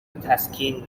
تسکین